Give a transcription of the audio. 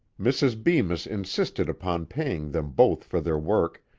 mrs. bemis insisted upon paying them both for their work,